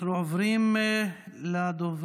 אנחנו עוברים לדוברים.